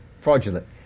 fraudulent